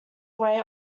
away